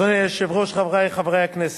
אדוני היושב-ראש, חברי חברי הכנסת,